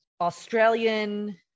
Australian